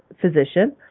physician